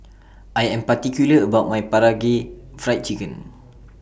I Am particular about My Karaage Fried Chicken